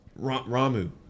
Ramu